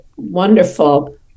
wonderful